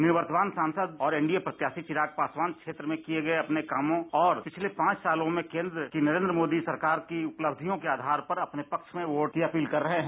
निवर्तमान सांसद और एनडीए उम्मीदवार चिराग पासवान क्षेत्र में किए गए अपने कामों और पिछले पांच सालों की केन्द्र की नरेन्द्र मोदी सरकार की उपलब्धियों के आधार पर अपने पक्ष में वोट की अपील कर रहे है